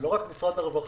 זה לא רק משרד הרווחה.